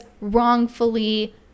wrongfully